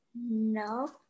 no